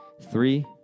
Three